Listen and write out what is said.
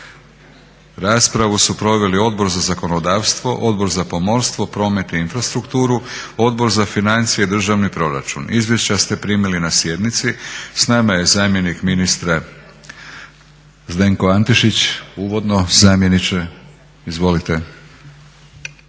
Raspravu su proveli Odbor za zakonodavstvo, Odbor za pomorstvo, promet i infrastrukturu, Odbor za financije i državni proračun. Izvješća ste primili na sjednici. S nama je zamjenik ministra Zdenko Antešić. Uvodno, zamjeniče? Izvolite.